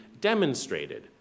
demonstrated